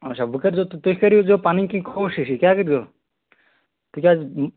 اَچھا وۅنۍ کٔرۍزیٚو تہٕ تُہۍ کٔرۍزیٚو پَنٕنۍ کِنۍ کوٗشِشٕے کیٛاہ کٔرۍزیوٚ تِکیٛازِ